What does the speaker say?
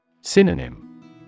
Synonym